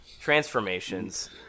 transformations